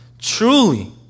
Truly